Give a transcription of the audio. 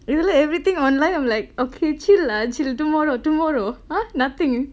really everything online I'm like okay chill lah chill tomorrow tomorrow ha nothing